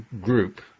group